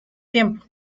tiempo